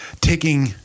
taking